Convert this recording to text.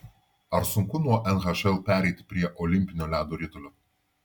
ar sunku nuo nhl pereiti prie olimpinio ledo ritulio